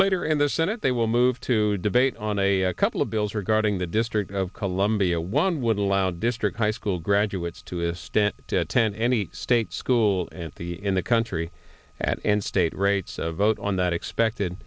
later in the senate they will move to debate on a couple of bills regarding the district of columbia one would allow district high school graduates to a stent to attend any state school at the in the country at end state rates vote on that expected